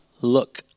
look